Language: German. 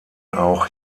auch